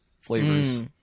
Flavors